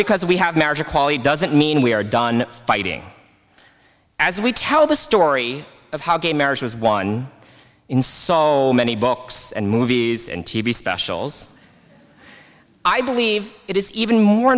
because we have marriage equality doesn't mean we are done fighting as we tell the story of how gay marriage was won in so many books and movies and t v specials i believe it is even more